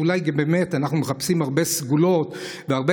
אולי באמת אנחנו מחפשים הרבה סגולות והרבה